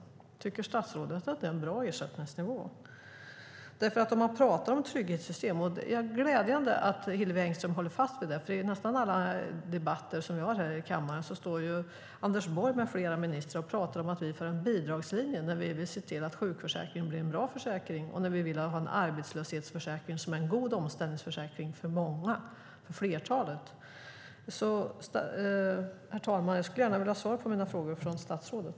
Tycker statsrådet att det är en bra ersättningsnivå? Det talas om trygghetssystem. Det är glädjande att Hillevi Engström håller fast vid det, för i nästan alla debatter här i kammaren står Anders Borg med flera ministrar och talar om att vi för en bidragslinje när vi vill se till att sjukförsäkringen blir en bra försäkring och när vi vill ha en arbetslöshetsförsäkring som är en god omställningsförsäkring för flertalet . Herr talman! Jag skulle gärna vilja ha svar på mina frågor från statsrådet.